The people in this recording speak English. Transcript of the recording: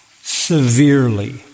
severely